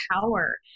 power